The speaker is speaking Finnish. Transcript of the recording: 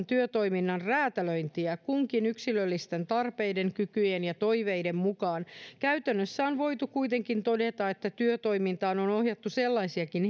työtoiminnan räätälöintiä kunkin yksilöllisten tarpeiden kykyjen ja toiveiden mukaan käytännössä on voitu kuitenkin todeta että työtoimintaan on ohjattu sellaisiakin